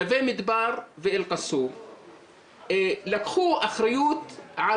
נווה מדבר ואל קאסום לקחו אחריות על